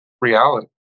reality